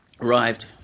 Arrived